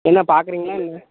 என்ன பாக்குறீங்களா இல்லையா